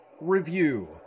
review